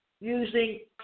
Using